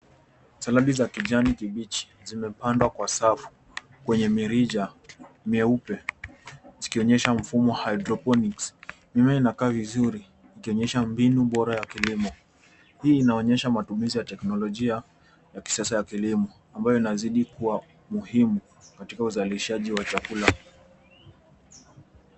Celeri za kijani kibichi zimepandwa kwa safu, kwenye mirija mieupe, zikionyesha mfumo wa hydroponics .Mimea inakaa vizuri, ikionyesha mbinu bora ya kilimo. Hii inaonyesha matumizi ya teknolojia ya kisasa ya kilimo, ambayo inazidi kuwa muhimu katika uzalishaji wa chakula.